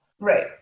Right